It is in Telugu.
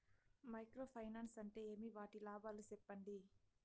మైక్రో ఫైనాన్స్ అంటే ఏమి? వాటి లాభాలు సెప్పండి?